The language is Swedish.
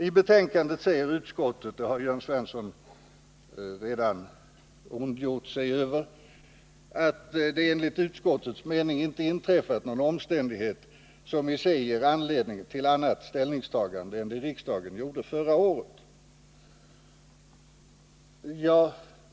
I betänkandet säger utskottet — och det har Jörn Svensson redan ondgjort sig över — att det enligt utskottets mening inte inträffat någon omständighet som i sig ger anledning till annat s Iningstagande än det riksdagen gjorde förra året.